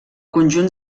conjunt